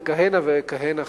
וכהנה וכהנה חוקים.